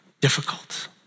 difficult